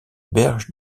berges